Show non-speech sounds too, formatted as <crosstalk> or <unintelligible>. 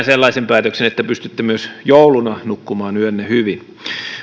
<unintelligible> sellaisen päätöksen että pystytte myös jouluna nukkumaan yönne hyvin